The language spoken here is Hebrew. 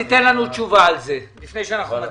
אז תן לנו תשובה על זה לפני שאנחנו מצביעים.